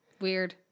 Weird